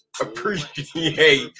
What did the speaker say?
appreciate